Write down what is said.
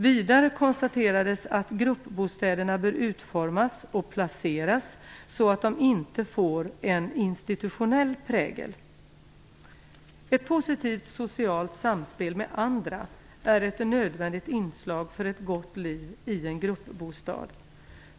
Vidare konstaterades att gruppbostäderna bör utformas och placeras så att de inte får en institutionell prägel. Ett positivt socialt samspel med andra är ett nödvändigt inslag för ett gott liv i en gruppbostad.